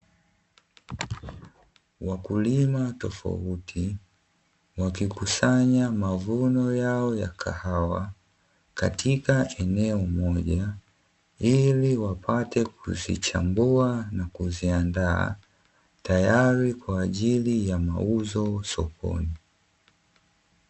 Wakulima tofauti wakikusanya mavuno yao ya kahawa katika eneo moja ili wapate kuzichambua na kuziandaa tayari kwa ajili ya mauzo sokoni.